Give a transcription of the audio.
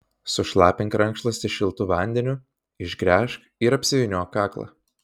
sušlapink rankšluostį šiltu vandeniu išgręžk ir apsivyniok kaklą